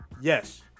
Yes